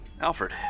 Alfred